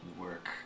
work